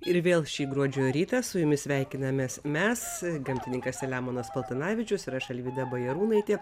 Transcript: ir vėl šį gruodžio rytą su jumis sveikinamės mes gamtininkas selemonas paltanavičius ir aš alvyda bajarūnaitė